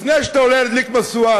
לפני שאתה עולה להדליק משואה,